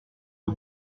peu